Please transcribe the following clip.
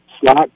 slot